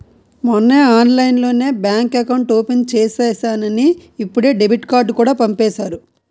మొన్నే ఆన్లైన్లోనే bank account open చేసేసానని ఇప్పుడే డెబిట్ కార్డుకూడా పంపేసారు